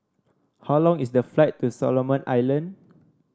how long is the flight to Solomon Island